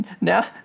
Now